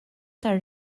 tar